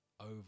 over